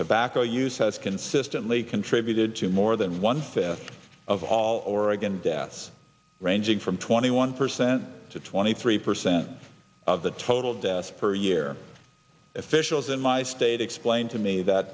tobacco use has consistently contributed to more than one fifth of all oregon deaths ranging from twenty one percent to twenty three percent of the total deaths per year officials in my state explain to me that